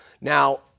Now